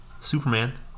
Superman